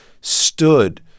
stood